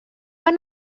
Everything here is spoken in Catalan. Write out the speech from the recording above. van